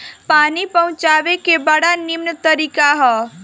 पानी पहुँचावे के बड़ा निमन तरीका हअ